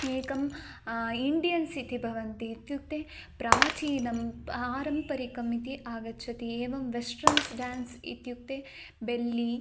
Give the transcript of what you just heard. एकम् इण्डियन्स् इति भवन्ति इत्युक्ते प्राचीनं पारम्परिकम् इति आगच्छति एवम् वेस्ट्रन्स् ड्यान्स् इत्युक्ते बेल्लि